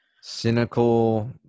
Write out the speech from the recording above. Cynical